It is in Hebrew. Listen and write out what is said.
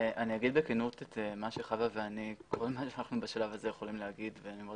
אני אומר בכנות את מה שחוה ואני בשלב הזה יכולים לומר.